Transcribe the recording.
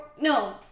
no